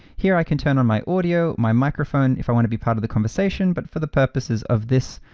here i can turn on my audio, my microphone if i wanna be part of the conversation. but for the purposes of this,